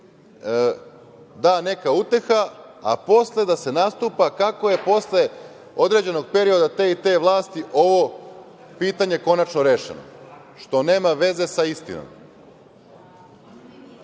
da neka uteha, a posle da se nastupa kako je posle određenog perioda te i te vlasti ovo pitanje konačno rešilo, što nema veze sa istinom. Govorili